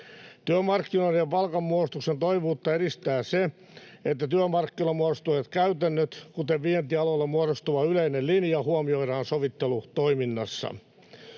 Työmarkkinoiden ja palkanmuodostuksen toimivuutta edistää se, että työmarkkinoilla muodostuneet käytännöt, kuten vientialoilla muodostuva yleinen linja, huomioidaan sovittelutoiminnassa.